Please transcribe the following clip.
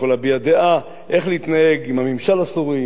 אז אני לא יכול להביע דעה איך להתנהג עם הממשל הסורי,